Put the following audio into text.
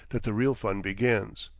that the real fun begins.